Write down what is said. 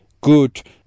good